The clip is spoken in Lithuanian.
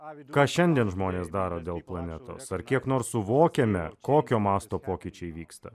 ką šiandien žmonės daro dėl planetos ar kiek nors suvokiame kokio masto pokyčiai vyksta